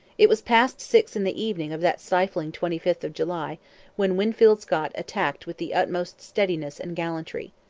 it was past six in the evening of that stifling twenty fifth of july when winfield scott attacked with the utmost steadiness and gallantry.